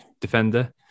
Defender